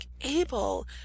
able